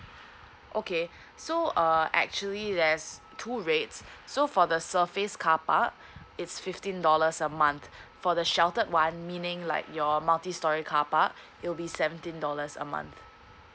okay so uh actually there's two rates so for the surface car park it's fifteen dollars a month for the sheltered one meaning like your multistorey carpark it'll be seventeen dollars a month